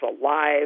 alive